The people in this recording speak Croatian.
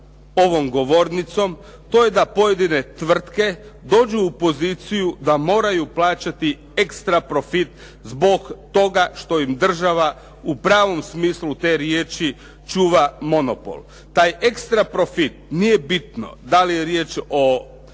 ovom govornicom to je da pojedine tvrtke dođu u poziciju da moraju plaćati ekstra profit zbog toga što im država u pravom smislu te riječi čuva monopol. Taj ekstra profit nije bitno da li je riječ o